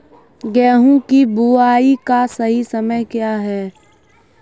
गेहूँ की बुआई का सही समय क्या है?